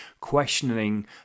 questioning